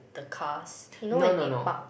the cars you know when they park